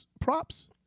props